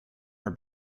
her